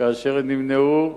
כאשר הם נמנעו